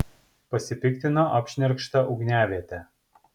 pasipiktino apšnerkšta ugniaviete